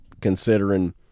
considering